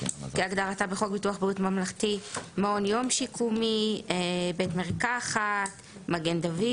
כהגדרתה בחוק ביטוח בריאות ממלכתי; מעון יום שיקומי; בית מרקחת; מגן דוד